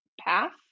path